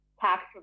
tax